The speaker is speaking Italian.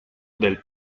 del